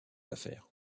affaires